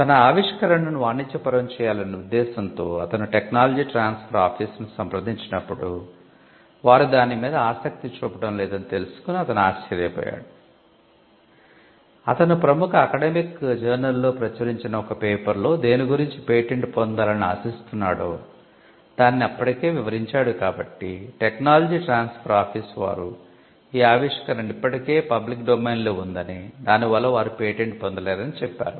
తన ఆవిష్కరణను వాణిజ్యపరం చేయాలనే ఉద్దేశ్యంతో అతను టెక్నాలజీ ట్రాన్స్ఫర్ ఆఫీస్ వారు ఈ ఆవిష్కరణ ఇప్పటికే పబ్లిక్ డొమైన్లో ఉందని దాని వల్ల వారు పేటెంట్ పొందలేరని చెప్పారు